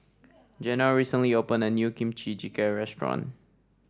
Janel recently opened a new Kimchi Jjigae Restaurant